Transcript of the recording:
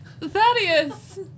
Thaddeus